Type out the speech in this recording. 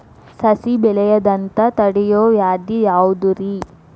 ಸಸಿ ಬೆಳೆಯದಂತ ತಡಿಯೋ ವ್ಯಾಧಿ ಯಾವುದು ರಿ?